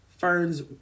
Ferns